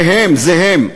זה הם, זה הם.